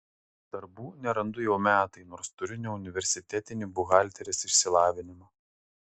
darbų nerandu jau metai nors turiu neuniversitetinį buhalterės išsilavinimą